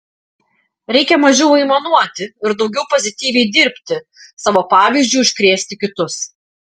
reikia mažiau aimanuoti ir daugiau pozityviai dirbti savo pavyzdžiu užkrėsti kitus